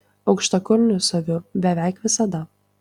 aukštakulnius aviu beveik visada